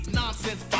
nonsense